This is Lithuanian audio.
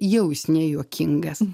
jau jis nejuokingas